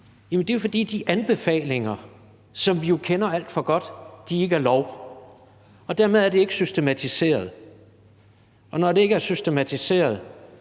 det er jo, fordi de anbefalinger, som vi kender alt for godt, ikke er lov, og dermed er det ikke systematiseret, og når det ikke er systematiseret,